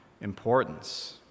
importance